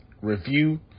review